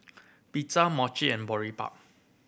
Pizza Mochi and Boribap